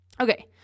Okay